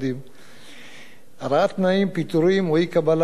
פיטורים או אי-קבלה לעבודה בנסיבות אלה על-ידי המעסיק